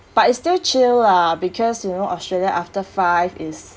but it's still chill lah because you know australia after five is